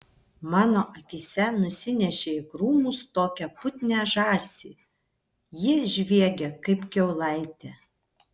mano akyse nusinešė į krūmus tokią putnią žąsį ji žviegė kaip kiaulaitė